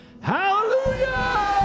Hallelujah